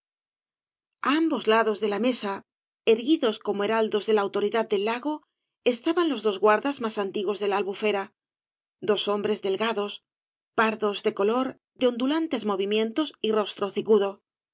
ambos lados de la mesa erguidos como heraldos de la autoridad del lago estaban los dos guardas más antiguos de la albufera dos hombres delgados pardos de color de ondulantes movimientos y rostro hocicudo dos